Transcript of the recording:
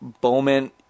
Bowman